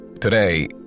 Today